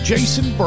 Jason